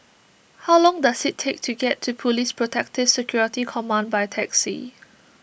how long does it take to get to Police Protective Security Command by taxi